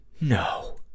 no